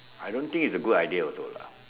I don't think it's a good idea also lah